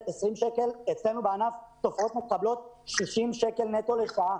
אצלנו בענף תופרות מקבלות 60 שקלים נטו לשעה.